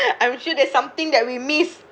I'm sure there's something that we miss